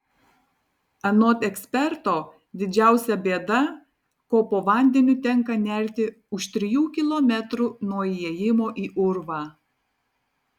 anot eksperto didžiausia bėda ko po vandeniu tenka nerti už trijų kilometrų nuo įėjimo į urvą